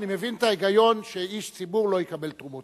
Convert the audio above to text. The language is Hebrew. אני מבין את ההיגיון שאיש ציבור לא יקבל תרומות.